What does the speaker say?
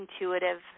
intuitive